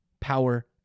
power